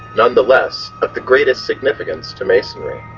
nonetheless, of the greatest significance to masonry.